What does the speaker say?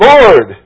Lord